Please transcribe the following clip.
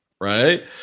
Right